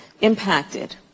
impacted